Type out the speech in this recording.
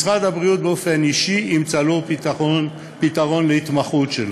משרד הבריאות באופן אישי ימצא לו פתרון להתמחות שלו.